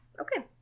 Okay